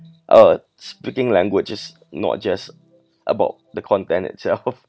uh speaking language is not just about the content itself